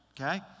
okay